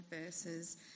verses